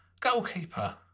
goalkeeper